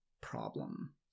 problem